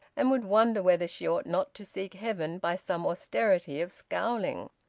and would wonder whether she ought not to seek heaven by some austerity of scowling.